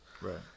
Right